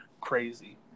crazy